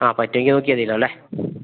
ആ പറ്റുവെങ്കിൽ നോക്കിയാൽ മതിയല്ലോ അല്ലെ